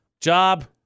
Job